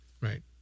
Right